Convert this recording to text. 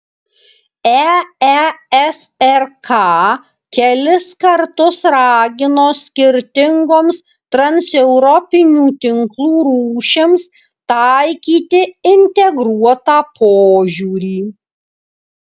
eesrk kelis kartus ragino skirtingoms transeuropinių tinklų rūšims taikyti integruotą požiūrį